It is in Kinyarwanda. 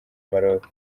maroc